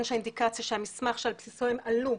שהאינדיקציה שהמסמך שעל בסיסו הם עלו,